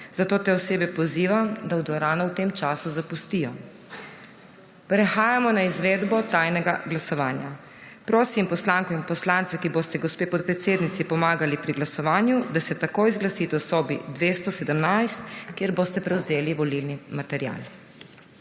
Zato te osebe pozivam, da dvorano v tem času zapustijo. Prehajamo na izvedbo tajnega glasovanja. Prosim poslanko in poslance, ki boste gospe predsednici pomagali pri glasovanju, da se takoj zglasite v sobi 217, kjer boste prevzeli volilni material.